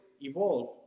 evolve